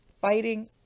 fighting